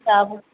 आबू